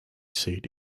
seat